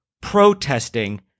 protesting